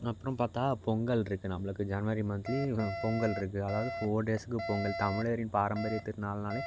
அப்புறம் பார்த்தா பொங்கல் இருக்குது நம்மளுக்கு ஜனவரி மந்த்லி பொங்கல் இருக்குது அதாவது ஃபோர் டேஸுக்கு பொங்கல் தமிழரின் பாரம்பரியத் திருநாள்னாலே